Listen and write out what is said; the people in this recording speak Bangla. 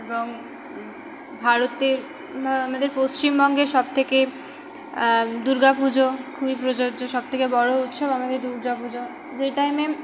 এবং ভারতের বা আমাদের পশ্চিমবঙ্গের সব থেকে দুর্গা পুজো খুবই প্রযোজ্য সব থেকে বড়ো উৎসব আমাদের দুর্গা পুজো যে টাইমে